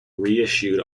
reissued